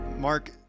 Mark